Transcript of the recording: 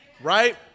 right